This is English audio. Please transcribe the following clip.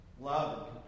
love